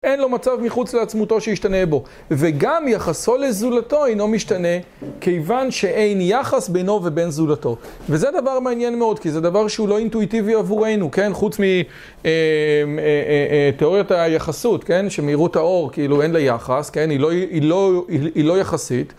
אין לו מצב מחוץ לעצמותו שישתנה בו. וגם יחסו לזולתו אינו משתנה, כיוון שאין יחס בינו ובין זולתו. וזה דבר מעניין מאוד, כי זה דבר שהוא לא אינטואיטיבי עבורנו, כן, חוץ מתיאוריות היחסות, כן, שמהירות האור, כאילו אין לה יחס, כן, היא לא יחסית.